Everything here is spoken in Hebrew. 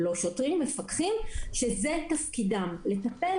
לא שוטרים אלא מפקחים שזה תפקידם: לטפל